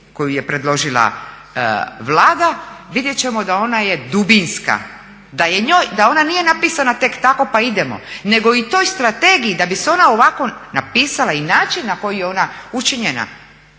koju je predložila Vlada vidjet ćemo da ona je dubinska, da ona nije napisana tek tako pa idemo nego i toj strategiji da bi se ona ovako napisala i način na koji je ona učinjena